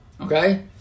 Okay